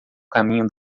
caminho